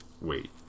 wait